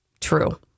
True